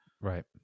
Right